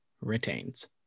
retains